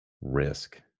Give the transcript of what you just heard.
Risk